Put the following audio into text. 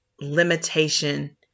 limitation